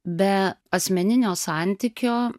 be asmeninio santykio